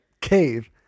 cave